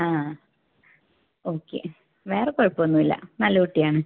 ആ ഓക്കെ വേറെ കുഴപ്പമൊന്നുമില്ല നല്ല കുട്ടിയാണ്